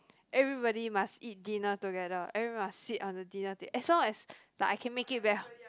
everybody must eat dinner together everybody must sit on the dinner ta~ as long as like I can make it back